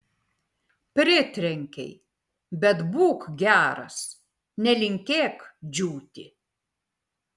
pritrenkei bet būk geras nelinkėk džiūti